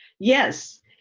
Yes